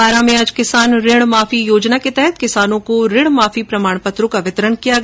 बारां में आज किसान ऋण माफी योजना के तहत किसानों को ऋण माफी प्रमाण पत्रों का वितरण किया गया